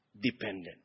dependent